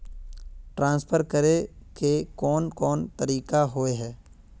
Transfer करे के कोन कोन तरीका होय है?